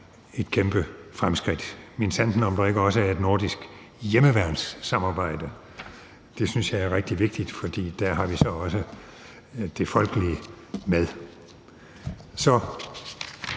et kæmpe fremskridt. Minsandten om der ikke også er et nordisk hjemmeværnssamarbejde – det synes jeg er rigtig vigtigt, for der har vi så også det folkelige med.